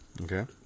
Okay